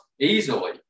easily